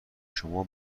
شما